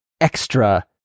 extra